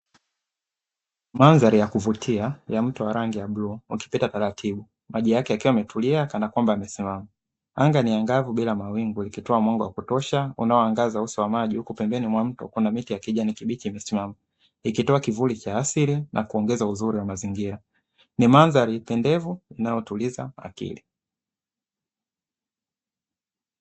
Mandhari ya kuvutia ya mto wenye rangi ya bluu ukipita taratibu maji yake yakiwa yametulia kana kwamba yamesimama anga ni angavu bila mawingu, ikitoa mwangawa kutosha unaoangaza uso wa maji huku pembeni mwa mto kuna miti yenye kijani kibichi imesimama ikitoa kivuli cha asili.